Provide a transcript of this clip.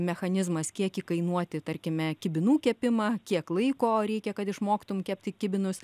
mechanizmas kiek įkainuoti tarkime kibinų kepimą kiek laiko reikia kad išmoktum kepti kibinus